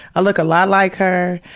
i look a lot like her,